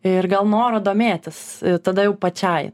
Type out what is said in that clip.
ir gal noro domėtis tada jau pačiai